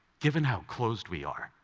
given how closed we are,